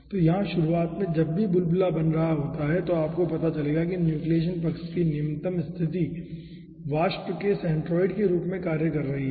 तो यहाँ शुरुआत में जब भी बुलबुला बन रहा होता है तो आपको पता चलेगा कि न्यूक्लियेशन पक्ष की निम्नतम स्थिति वाष्प के सेंटरोइड के रूप में कार्य कर रही है